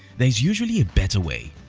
there is usually a better way.